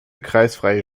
kreisfreie